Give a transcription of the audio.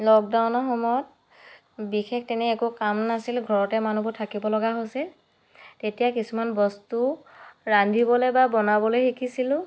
লকডাউনৰ সময়ত বিশেষ তেনে একো কাম নাছিল ঘৰতে মানুহবোৰ থাকিব লগা হৈছিল তেতিয়া কিছুমান বস্তু ৰান্ধিবলৈ বা বনাবলৈ শিকিছিলোঁ